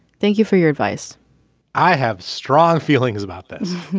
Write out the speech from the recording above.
thank you for your advice i have strong feelings about this.